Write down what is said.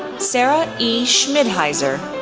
sara e. schmidheiser,